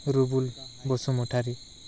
Rubul Basumatary